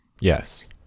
Yes